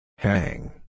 Hang